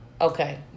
Okay